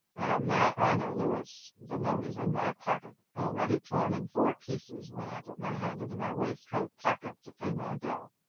on my honor, louis, the note is in my pocket, already torn in four pieces when i put my hand into my waistcoat pocket to pay my bill.